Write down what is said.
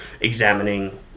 examining